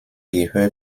gehört